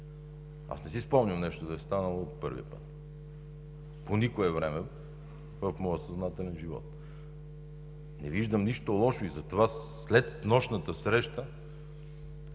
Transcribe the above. Аз не си спомням нещо да е станало от първия път по никое време в моя съзнателен живот. Не виждам нищо лошо. Затова след снощната среща